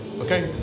okay